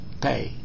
pay